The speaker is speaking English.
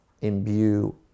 imbue